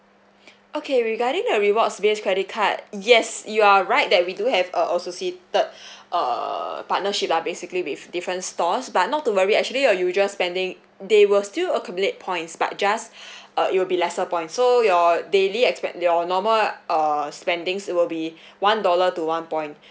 okay regarding a rewards based credit card yes you are right that we do have uh also seated err partnership lah basically with different stores but not to worry actually your usual spending they were still accumulate points but just uh it'll be lesser point so your daily expect your normal err spendings it will be one dollar to one point